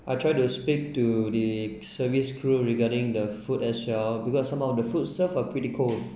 I try to speak to the service crew regarding the food as well because some of the food serve are pretty cold